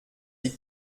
sie